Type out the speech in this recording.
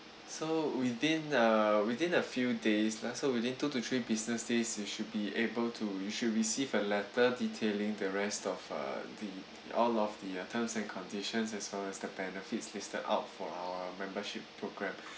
so within a within a few days like so within two to three business days you should be able to you should receive a letter detailing the rest of uh the all of the uh terms and conditions as well as the benefits listed out for our membership program